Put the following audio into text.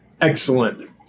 Excellent